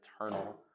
eternal